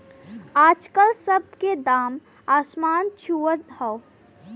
आजकल सब के दाम असमान छुअत हौ